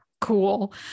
cool